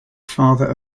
father